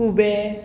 खूबे